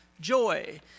joy